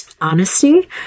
Honesty